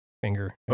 finger